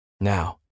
Now